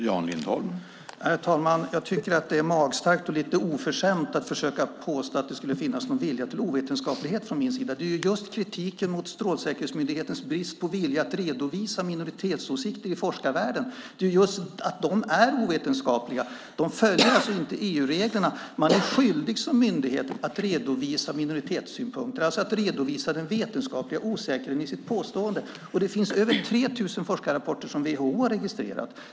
Herr talman! Jag tycker att det är magstarkt och lite oförskämt att försöka påstå att det skulle finnas någon vilja till ovetenskaplighet från min sida. Det är det som är kritiken mot Strålsäkerhetsmyndighetens brist på vilja att redovisa minoritetsåsikter i forskarvärlden, att det är ovetenskapligt. De följer alltså inte EU-reglerna. Man är som myndighet skyldig att redovisa minoritetssynpunkter, alltså att redovisa den vetenskapliga osäkerheten i sitt påstående. Det finns över 3 000 forskarrapporter som WHO har registrerat.